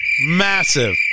Massive